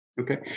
Okay